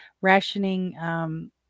Rationing